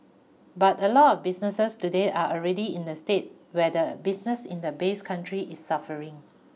but a lot of businesses today are already in a state where the business in the base country is suffering